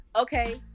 okay